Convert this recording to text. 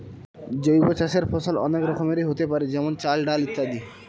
জৈব চাষের ফসল অনেক রকমেরই হতে পারে যেমন চাল, ডাল ইত্যাদি